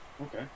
Okay